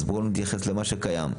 בואו נתייחס למה שקיים.